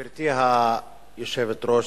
גברתי היושבת-ראש,